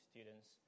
students